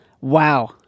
Wow